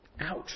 Ouch